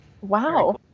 Wow